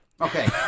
Okay